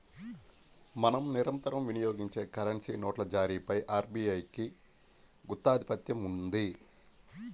మనం నిరంతరం వినియోగించే కరెన్సీ నోట్ల జారీపై ఆర్బీఐకి గుత్తాధిపత్యం ఉంది